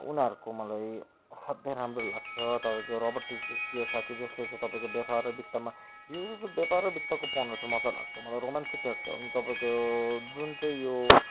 उनीहरूको मलाई असाध्य राम्रो लाग्छ तपाईँको रोबर्ट किवासाकी जसले चाहिँ तपाईँको व्यापार र बित्तमा विशेष चाहिँ व्यापार र बित्तको पढ्नु चाहिँ मज्जा लाग्छ मलाई रोमान्चिक लाग्छ अनि तपाईँको जुन चाहिँ यो